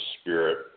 spirit